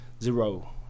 zero